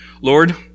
Lord